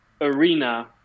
arena